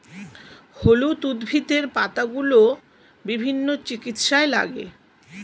হলুদ উদ্ভিদের পাতাগুলো বিভিন্ন চিকিৎসায় লাগে